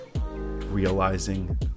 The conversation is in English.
realizing